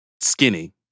skinny